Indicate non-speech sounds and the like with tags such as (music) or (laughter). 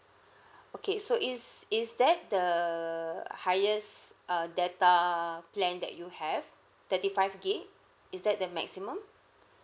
(breath) okay so is is that the highest uh data plan that you have thirty five gigabyte is that the maximum